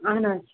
اہن حظ